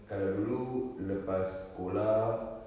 kalau dulu lepas sekolah